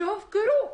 שהופקרו.